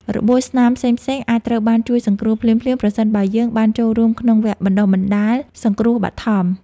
របួសស្នាមផ្សេងៗអាចត្រូវបានជួយសង្គ្រោះភ្លាមៗប្រសិនបើយើងបានចូលរួមក្នុងវគ្គបណ្តុះបណ្តាលសង្គ្រោះបឋម។